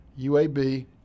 UAB